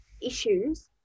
issues